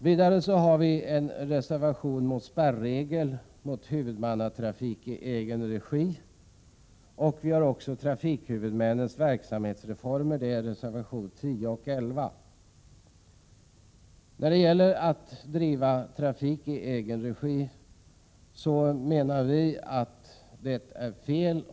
Vidare har vi en reservation beträffande spärregeln mot huvudmannatrafik i egen regi och en om trafikhuvudmännens verksamhetsformer, nämligen reservationerna 10 och 11. Att driva trafik i egen regi menar vi är fel.